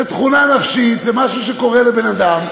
זה תכונה נפשית, זה משהו שקורה לבן-אדם,